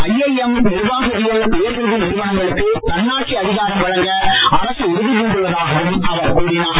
IIM நிர்வாகவியல் உயர்கல்வி நிறுவனங்களுக்கு தன்னாட்சி அதிகாரம் வழங்க அரசு உறுதி பூண்டுள்ளதாகவும் அவர் கூறினார்